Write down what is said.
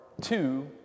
two